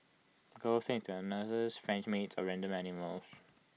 girls turn into their nurses French maids or random animals